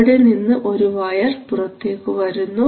അവിടെ നിന്ന് ഒരു വയർ പുറത്തേക്ക് വരുന്നു